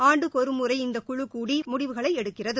ஆண்டுக்கொரு முறை இந்த குழுகூடி முக்கிய முடிவுகளை எடுக்கிறது